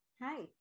Hi